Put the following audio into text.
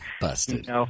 Busted